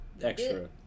extra